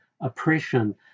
oppression